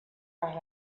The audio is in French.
par